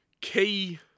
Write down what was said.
key